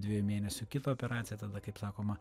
dviejų mėnesių kitą operaciją tada kaip sakoma